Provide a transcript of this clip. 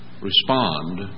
respond